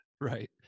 Right